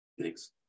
thanks